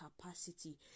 capacity